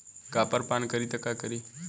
Copper पान करी त का करी?